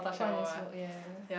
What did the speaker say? one is mode ya